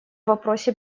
вопросе